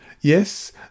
Yes